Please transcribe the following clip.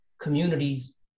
communities